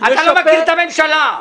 אתה לא מכיר את הממשלה.